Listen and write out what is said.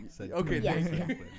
Okay